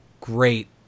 great